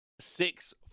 Six